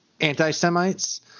anti-Semites